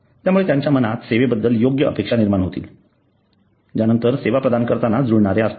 यामुळे त्यांच्या मनात सेवेबद्दल योग्य अपेक्षा निर्माण होतील ज्या नंतर सेवा प्रदान करताना जुळणाऱ्या असतील